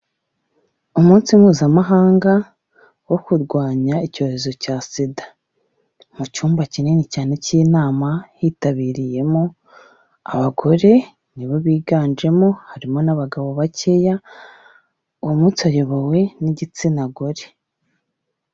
Umunsi mpuzamahanga wo kurwanya icyorezo cya SIDA; mu cyumba kinini cyane cy'inama hitabiriyemo abagore ni bo biganjemo harimo n'abagabo bakeya, uwo munsi uyobowe n'igitsina gore.